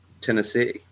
Tennessee